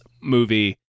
movie